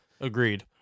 Agreed